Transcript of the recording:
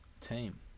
team